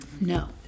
No